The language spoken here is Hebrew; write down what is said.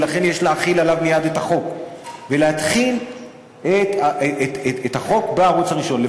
ולכן יש להחיל עליו מייד את החוק ולהתחיל את החוק בערוץ הראשון,